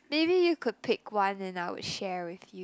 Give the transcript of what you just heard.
maybe you could pick one and I will share with you